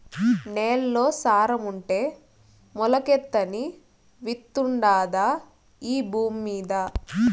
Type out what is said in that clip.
నేల్లో సారం ఉంటే మొలకెత్తని విత్తుండాదా ఈ భూమ్మీద